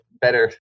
better